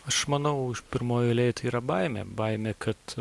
aš manau už pirmoj eilėj tai yra baimė baimė kad